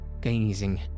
Gazing